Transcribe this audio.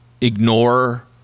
Ignore